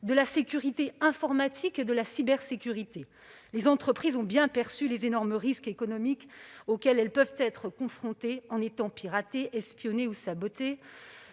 de la sécurité informatique et de la cybersécurité. Les entreprises ont bien perçu les énormes risques économiques auxquelles elles peuvent être confrontées en étant piratées, espionnées ou sabotées.